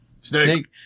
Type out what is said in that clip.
Snake